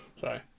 sorry